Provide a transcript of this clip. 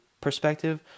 perspective